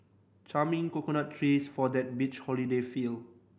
charming coconut trees for that beach holiday feel